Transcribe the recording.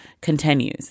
continues